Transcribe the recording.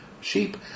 sheep